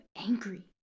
angry